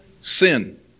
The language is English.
sin